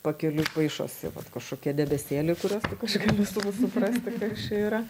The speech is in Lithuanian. pakeliui paišosi vat kažkokie debesėliai kuriuos tik aš galiu suprasti kas čia yra